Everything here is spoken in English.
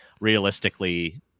realistically